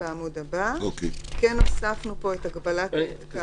בעמ' הבא, הוספנו פה את הגבלת התקהלות.